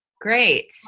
Great